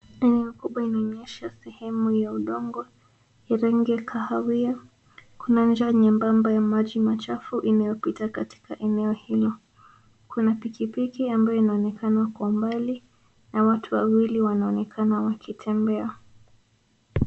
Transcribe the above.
Eneo kubwa inaonyesha sehemu ya udongo ya rangi ya kahawia. Kuna njia nyembamba ya maji machafu inayopita katika eneo hilo. Kuna pikipiki ambayo inaonekana kwa mbali, na watu wawili wanaonekana wakitembea